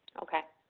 okay,